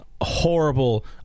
horrible